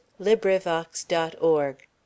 LibriVox.org